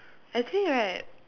actually right